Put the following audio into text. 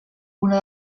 una